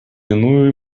иную